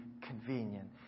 convenient